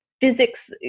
physics